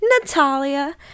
natalia